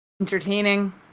entertaining